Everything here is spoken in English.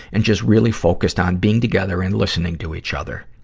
and just really focused on being together and listening to each other.